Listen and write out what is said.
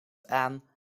aan